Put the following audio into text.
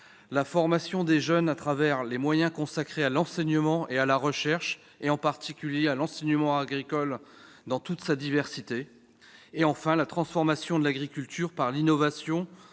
la formation des jeunes, au travers des moyens consacrés à l'enseignement et à la recherche, en particulier l'enseignement agricole dans toute sa diversité ; enfin, la transformation de l'agriculture par l'innovation